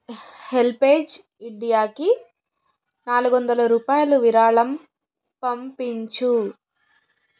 HelpAge ఇండియాకి నాలుగొందల రూపాయలు విరాళం పంపించు